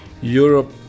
Europe